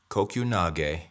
Kokunage